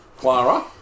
Clara